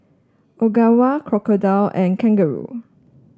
Ogawa Crocodile and Kangaroo